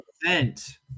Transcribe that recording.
event